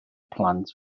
plant